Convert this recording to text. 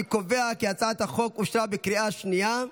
אני קובע כי הצעת החוק אושרה בקריאה שנייה.